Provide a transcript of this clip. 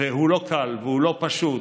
והוא לא קל והוא לא פשוט,